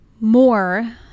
more